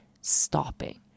stopping